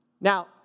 Now